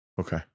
Okay